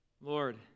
lord